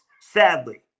sadly